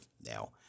Now